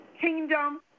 kingdom